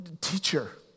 teacher